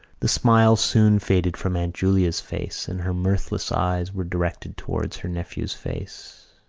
the smile soon faded from aunt julia's face and her mirthless eyes were directed towards her nephew's face.